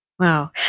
Wow